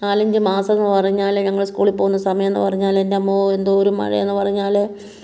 നാലഞ്ചു മാസമെന്നു പറഞ്ഞാൽ ഞങ്ങൾ സ്കൂളിൽ പോകുന്ന സമയം എന്നു പറഞ്ഞാൽ എൻ്റമ്മോ എന്തോരം മഴയാന്നു പറഞ്ഞാൽ